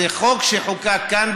זה חוק שחוקק כאן,